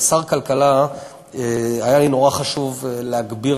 כשר הכלכלה היה לי נורא חשוב להגביר